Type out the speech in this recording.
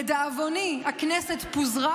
לדאבוני הכנסת פוזרה,